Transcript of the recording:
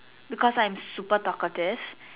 because I'm super talkative